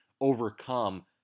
overcome